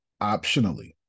Optionally